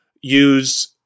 use